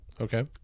okay